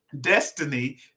destiny